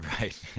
Right